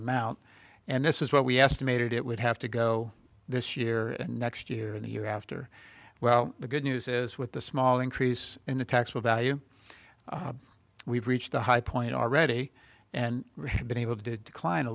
amount and this is what we estimated it would have to go this year and next year in the year after well the good news is with the small increase in the taxable value we've reached the high point already and been able to decline a